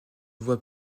voie